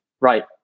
right